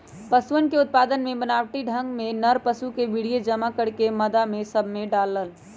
पशुअन के उत्पादन के बनावटी ढंग में नर पशु के वीर्य जमा करके मादा सब में डाल्ल